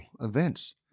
events